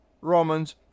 Romans